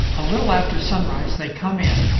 a little after sunrise they come in,